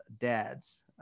dads